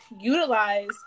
utilize